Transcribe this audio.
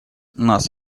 нас